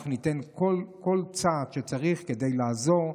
אנחנו ניתן כל צעד שצריך כדי לעזור,